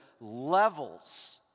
levels